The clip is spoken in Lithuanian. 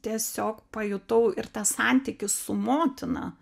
tiesiog pajutau ir tą santykį su motina